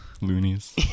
Loonies